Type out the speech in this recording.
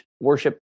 worship